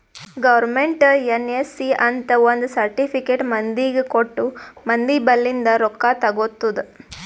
government NSC ಅಂತ್ ಒಂದ್ certificate ಮಂದಿಗ ಕೊಟ್ಟು ಮಂದಿ ಬಲ್ಲಿಂದ್ ರೊಕ್ಕಾ ತಗೊತ್ತುದ್